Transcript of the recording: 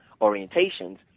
orientations